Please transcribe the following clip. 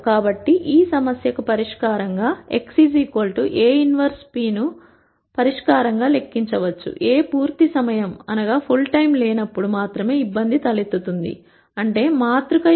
కాబట్టి ఈ సమస్యకు పరిష్కారం గా x A 1 p ను పరిష్కారం గా లెక్కించవచ్చు A పూర్తి సమయం లేనప్పుడు మాత్రమే ఇబ్బంది తలెత్తుతుంది అంటే మాతృక యొక్క ర్యాంక్ n కన్నా తక్కువ